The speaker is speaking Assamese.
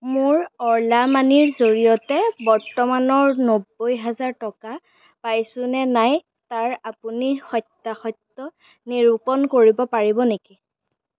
মোৰ অ'লা মানিৰ জৰিয়তে বৰ্তমানৰ নব্বৈ হাজাৰ টকা পাইছো নে নাই তাৰ আপুনি সত্যাসত্য নিৰূপণ কৰিব পাৰিব নেকি